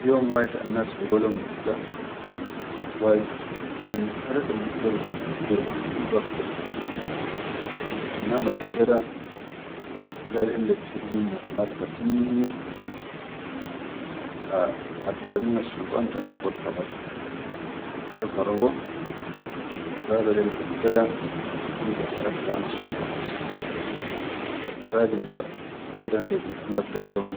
Fi yom wahid annas ligo lom mufta wagi almuftah da kan bigdaru bifukku be ayyi bab kula, annam alliga da gaal ill bishiu minna be mal kateer, ha khaddaminnassultan kan ligot khabar dadda jo karabo haw galo lel mufta da inta sarakta hanassuldan bas, arrajil da akhiran da bilhallaf gaal.